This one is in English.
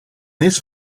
this